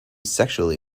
sexually